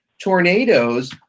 tornadoes